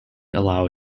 allow